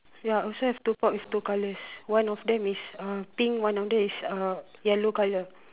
ya also have two pots two colours one of them is uh pink one of them is uh yellow colour